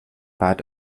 bat